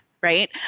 right